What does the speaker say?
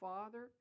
Father